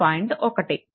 1